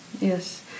Yes